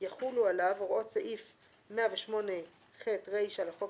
יחולו עליו הוראות סעיף 108ח רישה לחוק